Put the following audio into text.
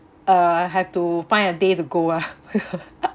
uh have to find a day to go ah